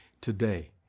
today